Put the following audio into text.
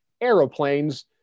aeroplanes